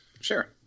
Sure